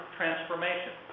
transformation